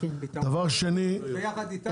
ביחד איתנו.